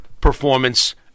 Performance